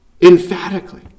emphatically